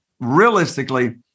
realistically